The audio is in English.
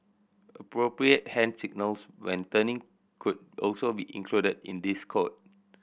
appropriate hand signals when turning could also be included in this code